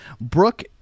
Brooke